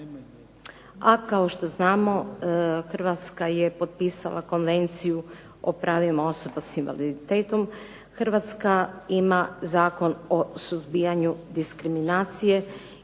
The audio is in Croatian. a kao što znamo Hrvatska je potpisala Konvenciju o pravima osoba s invaliditetom, Hrvatska ima Zakon o suzbijanju diskriminacije